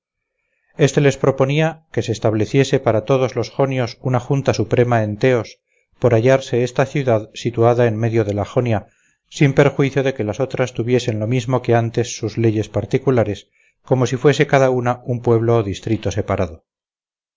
este les proponía que se estableciese para todos los jonios una junta suprema en theos por hallarse esta ciudad situada en medio de la jonia sin perjuicio de que las otras tuviesen lo mismo que antes sus leyes particulares como si fuese cada una un pueblo o distrito separado